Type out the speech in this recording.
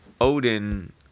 Odin